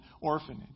orphanage